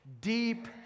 deep